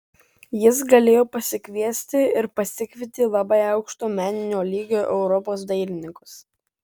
jis galėjo pasikviesti ir pasikvietė labai aukšto meninio lygio europos dailininkus